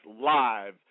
live